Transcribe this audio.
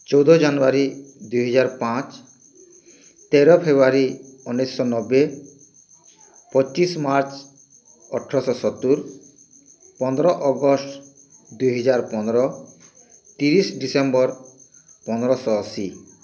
ଚଉଦ ଜାନୁୟାରୀ ଦୁଇ ହଜାର ପାଞ୍ଚ ତେର ଫେବୃୟାରୀ ଉଣେଇଶହ ନବେ ପଚିଶ ମାର୍ଚ୍ଚ ଅଠରଶହ ସତୁରି ପନ୍ଦର ଅଗଷ୍ଟ ଦୁଇ ହଜାର ପନ୍ଦର ତିରିଶ ଡିସେମ୍ବର ପନ୍ଦର ଶହ ଅଶୀ